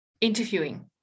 interviewing